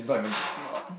this is not